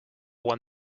won